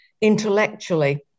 intellectually